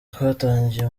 twatangiye